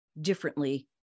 differently